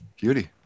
beauty